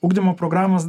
ugdymo programos